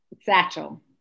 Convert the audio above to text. satchel